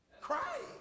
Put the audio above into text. Cry